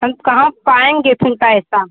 हम कहाँ पाएँगे फिर पैसा